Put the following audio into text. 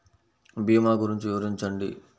భీమా గురించి వివరించండి?